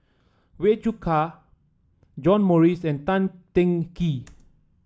Wee Cho John Morrice and Tan Teng Kee